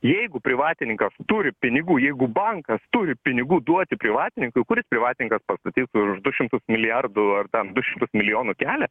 jeigu privatininkas turi pinigų jeigu bankas turi pinigų duoti privatininkui kuris privatininkas pastatys už du šimtus milijardų ar ten du šimtus milijonų kelią